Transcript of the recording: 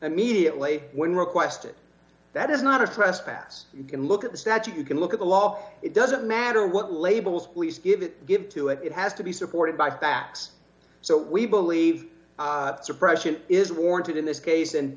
immediately when requested that is not a trespass you can look at the statute you can look at the law it doesn't matter what labels police even give to it it has to be supported by facts so we believe suppression is warranted in this case and